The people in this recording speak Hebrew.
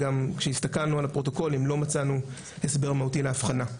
וגם כשהסתכלנו על הפרוטוקולים לא מצאנו הסבר מהותי להבחנה.